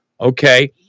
okay